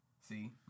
See